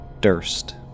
Durst